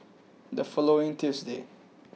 the following Tuesday